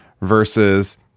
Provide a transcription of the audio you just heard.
versus